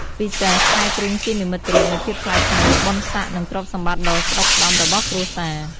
ពិសេសខ្សែទ្រូងជានិមិត្តរូបនៃភាពថ្លៃថ្នូរ បុណ្យស័ក្តិ និងទ្រព្យសម្បត្តិដ៏ស្ដុកស្ដម្ភរបស់គ្រួសារ។